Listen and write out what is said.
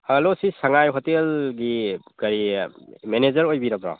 hello ꯁꯤ ꯁꯉꯥꯏ ꯍꯣꯇꯦꯜꯒꯤ ꯀꯔꯤ ꯃꯦꯅꯦꯖꯔ ꯑꯣꯏꯕꯤꯔꯕꯣ